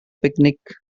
picnic